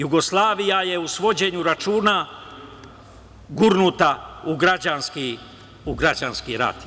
Jugoslavija je u svođenju računa gurnuta u građanski rat.